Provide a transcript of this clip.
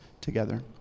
together